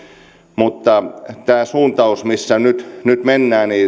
mutta tässä suuntauksessa missä nyt nyt mennään